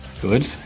Good